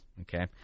Okay